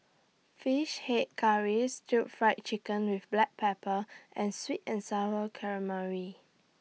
Fish Head Curry Stir Fried Chicken with Black Pepper and Sweet and Sour Calamari